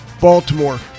Baltimore